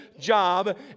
job